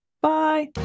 bye